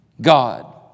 God